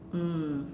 mm